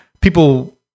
people